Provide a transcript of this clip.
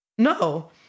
No